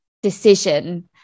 decision